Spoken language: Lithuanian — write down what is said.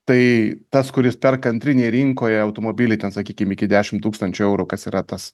tai tas kuris perka antrinėj rinkoje automobilį ten sakykim iki dešimt tūkstančių eurų kas yra tas